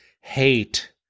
hate